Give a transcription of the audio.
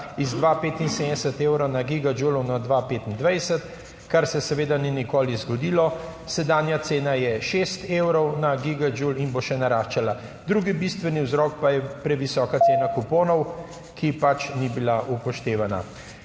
z 2,75 evrov na gigadžul na 2,25, kar se seveda ni nikoli zgodilo. Sedanja cena je 6 evrov na gigadžul in bo še naraščala. Drugi bistveni vzrok pa je previsoka cena kuponov ki pač ni bila upoštevana.